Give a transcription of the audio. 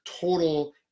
total